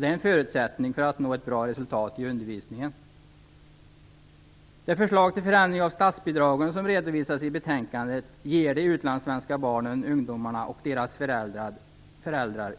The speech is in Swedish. Det är en förutsättning för att nå ett bra resultat i undervisningen. Det förslag till förändring av statsbidragen som redovisas i betänkandet ger de utlandssvenska barnen, ungdomarna och deras föräldrar